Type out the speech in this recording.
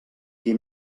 qui